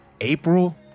April